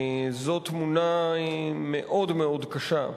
זאת תמונה מאוד מאוד קשה.